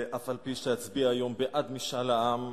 שאף-על-פי שאצביע היום בעד משאל העם,